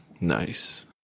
Nice